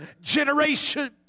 generation